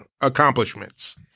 accomplishments